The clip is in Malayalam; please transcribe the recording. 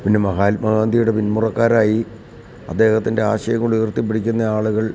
പിന്നെ മഹാത്മാ ഗാന്ധിയുടെ പിന്മുറക്കാരായി അദ്ദേഹത്തിൻ്റെ ആശയം കൊണ്ട് ഉയർത്തി പ്പിടിക്കുന്ന ആളുകൾ